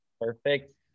Perfect